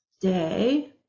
day